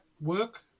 work